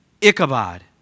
Ichabod